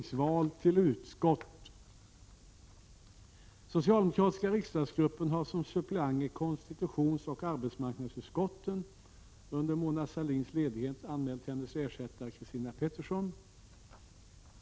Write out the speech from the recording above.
Socialdemokratiska riksdagsgruppen har som suppleant i konstitutionsoch arbetsmarknadsutskotten under Mona Sahlins ledighet anmält hennes ersättare Christina Pettersson.